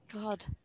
God